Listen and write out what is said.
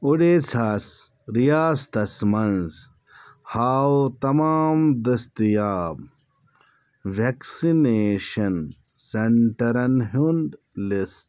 اُڈیٖشہس ریاستس منٛز ہاو تمام دٔستیاب ویکسنیشن سینٹرن ہُنٛد لسٹ